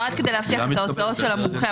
זה נועד כדי להבטיח את ההוצאות של המומחה.